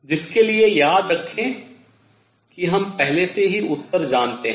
जिसके लिए याद रखें कि हम पहले से ही उत्तर जानते हैं